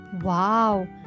Wow